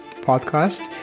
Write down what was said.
podcast